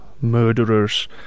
murderers